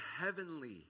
heavenly